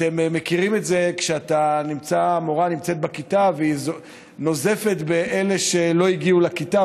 אתם מכירים את זה שהמורה נמצאת בכיתה ונוזפת באלה שלא הגיעו לכיתה,